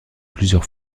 plusieurs